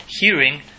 hearing